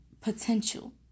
potential